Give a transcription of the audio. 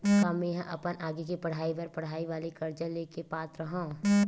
का मेंहा अपन आगे के पढई बर पढई वाले कर्जा ले के पात्र हव?